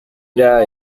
era